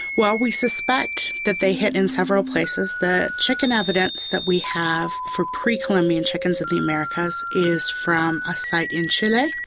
well, we suspect that they hit in several places. the chicken evidence that we have for pre-columbian chickens in the americas is from a site in chile,